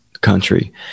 country